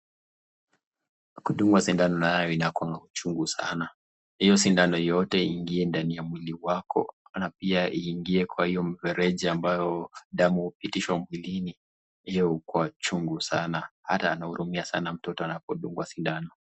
Kudungwa sindano nayo inakuaga uchungu sana. Hio sindano yote iingie ndani ya mwili wako na pia iingie kwa hio mfereji ambayo damu uupitishwa mwilini, hio ukuwa uchungu sana. Ata nahurumia sana mtoto anapodungwa sindano.